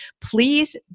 please